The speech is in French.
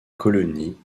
colonie